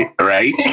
right